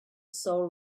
soul